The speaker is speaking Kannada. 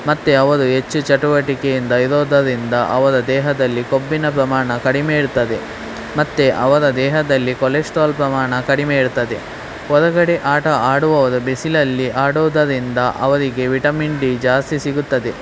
ಮತ್ತು ಅವರು ಹೆಚ್ಚು ಚಟುವಟಿಕೆಯಿಂದ ಇರೋದರಿಂದ ಅವರ ದೇಹದಲ್ಲಿ ಕೊಬ್ಬಿನ ಪ್ರಮಾಣ ಕಡಿಮೆ ಇರ್ತದೆ ಮತ್ತು ಅವರ ದೇಹದಲ್ಲಿ ಕೊಲೆಸ್ಟ್ರಾಲ್ ಪ್ರಮಾಣ ಕಡಿಮೆ ಇರ್ತದೆ ಹೊರಗಡೆ ಆಟ ಆಡುವವರು ಬಿಸಿಲಲ್ಲಿ ಆಡೋದರಿಂದ ಅವರಿಗೆ ವಿಟಮಿನ್ ಡಿ ಜಾಸ್ತಿ ಸಿಗುತ್ತದೆ